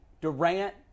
Durant